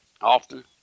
often